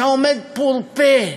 אתה עומד פעור פה: